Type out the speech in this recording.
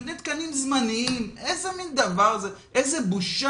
נותנים תקנים זמניים, איזה דבר זה, איזו בושה.